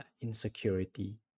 insecurity